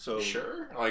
Sure